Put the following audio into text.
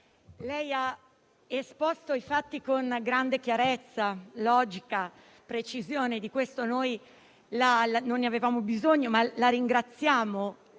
lei ha esposto i fatti con grande chiarezza, logica e precisione. Di questo non avevamo bisogno, ma la ringraziamo.